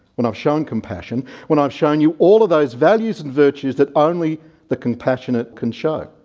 when i've shown compassion, when i've shown you all of those values and virtues that only the compassionate can show!